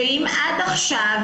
לדוגמה,